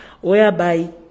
whereby